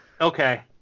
okay